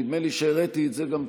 נדמה לי שהראיתי את זה גם קודם,